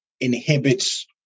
inhibits